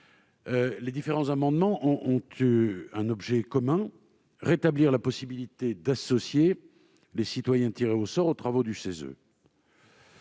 les différents amendements ont un objet commun : rétablir la possibilité d'associer les citoyens tirés au sort aux travaux du CESE.